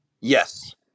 Yes